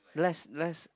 less less